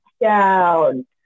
down